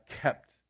kept